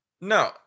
no